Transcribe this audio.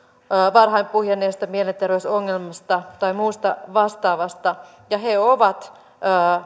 varhain puhjenneesta mielenterveysongelmasta tai muusta vastaavasta ja he ovat